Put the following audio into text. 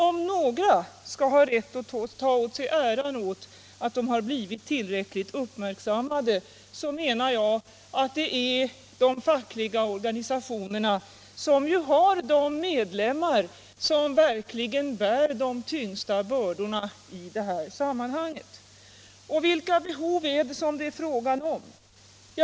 Om några skall ha rätt att ta åt sig äran av att frågorna har blivit tillräckligt uppmärksammade, så menar jag att det är de fackliga organisationerna, som ju bland sina medlemmar har dem som verkligen bär de tyngsta bördorna i detta sammanhang. Och vilka behov är det fråga om?